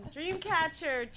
Dreamcatcher